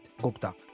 Gupta